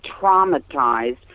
traumatized